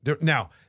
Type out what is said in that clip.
Now